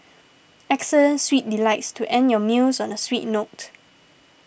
excellent sweet delights to end your meals on a sweet note